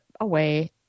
away